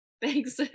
Thanks